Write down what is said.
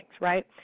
right